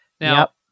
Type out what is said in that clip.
Now